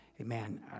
amen